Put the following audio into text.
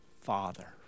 Father